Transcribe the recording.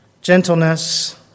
gentleness